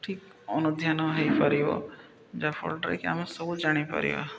ଠିକ୍ ଅନୁଧ୍ୟାନ ହୋଇପାରିବ ଯାହାଫଳରେ କି ଆମେ ସବୁ ଜାଣିପାରିବା